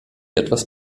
etwas